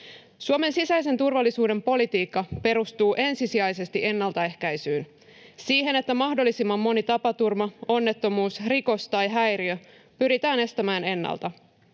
Suomen sisäisen turvallisuuden politiikka perustuu ensisijaisesti ennaltaehkäisyyn: siihen, että mahdollisimman moni tapaturma, onnettomuus, rikos tai häiriö pyritään estämään ennalta.